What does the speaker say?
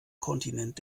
kontinent